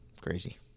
Crazy